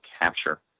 capture